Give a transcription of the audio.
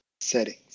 settings